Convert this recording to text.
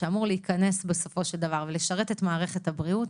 שאמור להיכנס בסופו של דבר ולשרת את מערכת הבריאות,